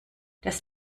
das